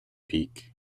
peak